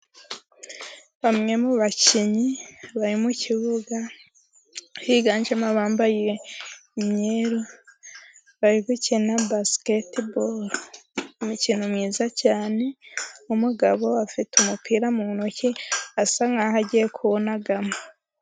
Bamwe mu bakinnyi bari mu kibuga, higanjemo bambaye imyeru bari gukina basikete boro, umukino mwiza cyane umugabo afite umupira mu ntoki, ssa nkaho agiye kuwunagamo.